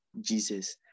Jesus